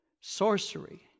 Sorcery